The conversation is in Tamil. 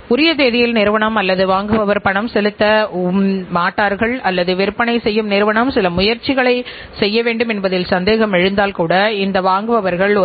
இப்போதுநாம்சேவை நிறுவனங்கள் அரசு மற்றும் இலாப நோக்கற்ற நிறுவனங்கள் போன்ற இடங்களில் எவ்வாறு நிர்வாக கட்டுப்பாட்டு